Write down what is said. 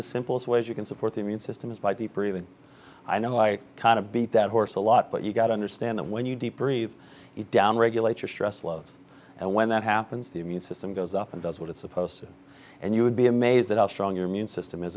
the simplest ways you can support the immune system is by deep breathing i know i kind of beat that horse a lot but you got to understand that when you deep breathe it down regulate your stress levels and when that happens the immune system goes up and does what it's supposed to and you would be amazed at how strong your immune system is